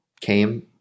came